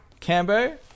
Cambo